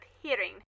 hearing